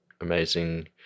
amazing